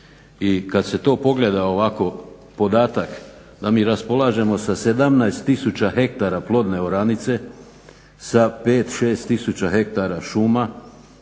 i kad se to pogleda ovako podatak da mi raspolažemo sa 17 tisuća hektara plodne oranice, sa 5, 6 tisuća hektara šuma,